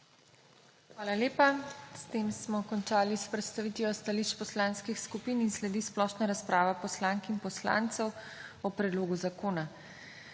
Hvala lepa. S tem smo končali s predstavitvijo stališč poslanskih skupin in sledi splošna razprava poslank in poslancev o predlogu zakona.